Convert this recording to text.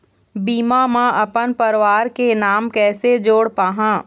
बीमा म अपन परवार के नाम कैसे जोड़ पाहां?